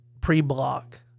pre-block